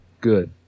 Good